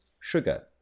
sugar